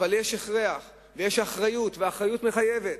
אבל יש הכרח ויש אחריות, והאחריות מחייבת.